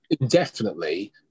indefinitely